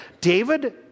David